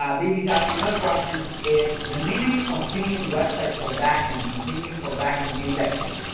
um babies asked another question is the meaning of pinging websites for backlinks and pinging for backing indexing?